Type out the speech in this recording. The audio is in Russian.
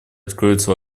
откроется